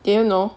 did you know